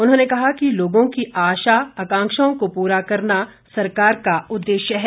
उन्होंने कहा कि लोगों की आशा आकांक्षाओं को पूरा करना सरकार का उद्देश्य है